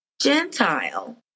Gentile